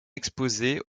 exposée